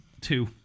two